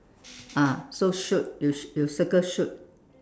ah so shoot you you circle shoot